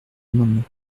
amendement